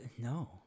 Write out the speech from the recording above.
no